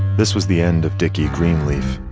this was the end of dickie greenleaf.